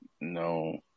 No